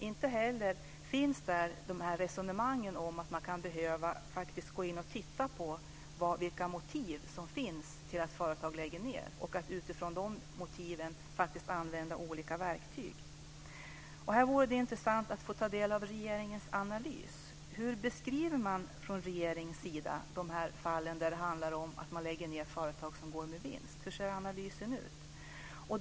Inte heller finns där resonemangen om att man kan behöva gå in och titta på vilka motiv som finns till att företag lägger ned och att utifrån de motiven använda olika verktyg. Här vore det intressant att få ta del av regeringens analys. Hur beskriver man från regeringens sida de fall där man lägger ned företag som går med vinst? Hur ser analysen ut?